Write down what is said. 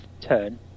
turn